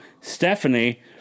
Stephanie